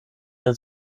der